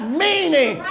meaning